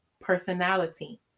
personality